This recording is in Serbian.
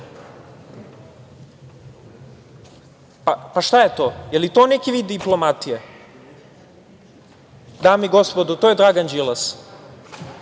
Pa šta je to? Je li to neki vid diplomatije? Dame i gospodo, to je Dragan Đilas,